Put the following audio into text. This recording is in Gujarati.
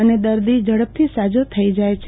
અને દર્દી ઝડપથી સાજો થઈ જાય છે